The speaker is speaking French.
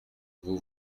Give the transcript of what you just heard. vous